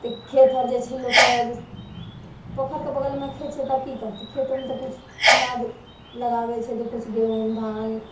तऽ खेत हर जे छै लोकके पोखरिके बगलमे खेत छै तब कि करतै खेतोमे तऽ किछु अनाज लगाबै छै तऽ किछु गहूँम धान